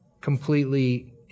completely